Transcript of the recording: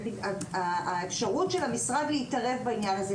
יש אפשרות של המשרד להתערב בעניין הזה,